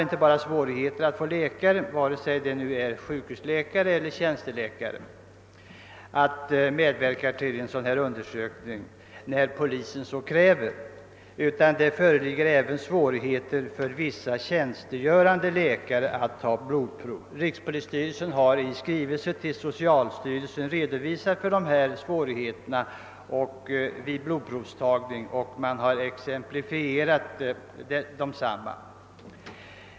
Det är svårt att få fram såväl sjukhusläkare som andra tjänsteläkare för att medverka vid en sådan undersökning när polisen så kräver. Svårigheter föreligger även för vissa tjänstgörande läkare att ta blodprov. Rikspolisstyrelsen har i skrivelse till socialstyrelsen redovisat svårigheterna vid blodprovstagning och exemplifierat desamma.